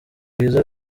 rwiza